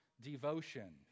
devotion